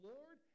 Lord